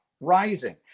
rising